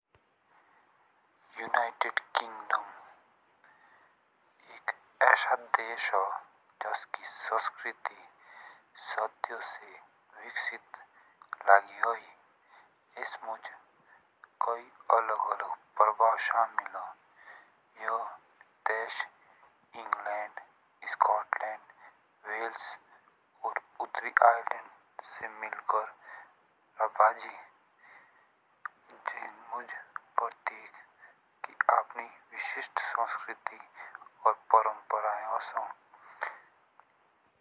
United Kingdom एक ऐसा देश ओसो जिसकी संस्कृति सदियों से विकसित लगी हुई जस्मुज कई अलग अलग प्रभाव शामिल हो। यह देश इंग्लैंड, स्कॉटलैंड, वेल्स और उत्तरी आयलैंड से रबाजी, इन्हें मुझे में प्रतीक की अपनी विशिष्ट संस्कृति और परंपरा ओसो।